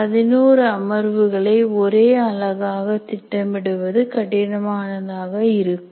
11 அமர்வுகளை ஒரே அலகாக திட்டமிடுவது கடினமானதாக இருக்கும்